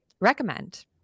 Recommend